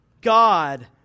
God